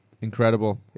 incredible